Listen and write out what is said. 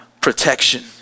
protection